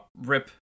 rip